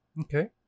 Okay